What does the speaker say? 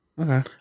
Okay